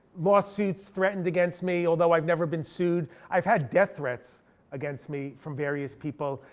lawsuits threatened against me, although i've never been sued. i've had death threats against me from various people.